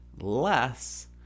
less